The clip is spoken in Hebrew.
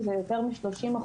שזה יותר מ-30%,